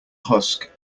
husk